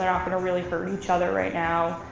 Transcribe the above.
they're not going to really hurt each other right now,